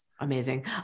amazing